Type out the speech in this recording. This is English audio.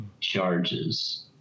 charges